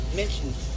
mentioned